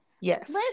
yes